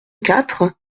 quatre